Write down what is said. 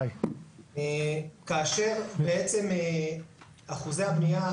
כאשר בעצם אחוזי הבנייה,